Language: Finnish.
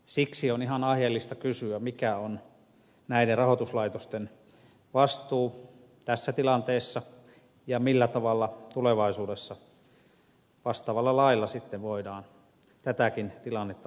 siksi on ihan aiheellista kysyä mikä on näiden rahoituslaitosten vastuu tässä tilanteessa ja millä tavalla tulevaisuudessa vastaavalla lailla sitten voidaan tätäkin tilannetta arvioida